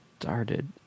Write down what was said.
started